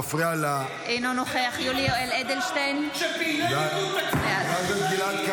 אינו נוכח איפה ראיתם שהרביצו --- חבר הכנסת גלעד,